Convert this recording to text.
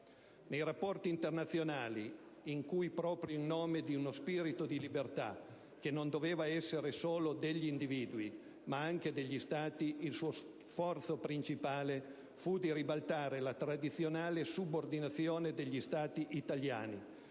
Nei rapporti internazionali, in cui proprio in nome di uno spirito di libertà che non doveva essere solo degli individui ma anche degli Stati, il suo sforzo principale fu di ribaltare la tradizionale subordinazione degli Stati italiani,